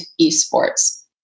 eSports